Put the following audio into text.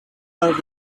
are